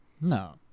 No